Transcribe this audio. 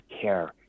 care